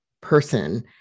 person